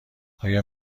آیا